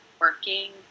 working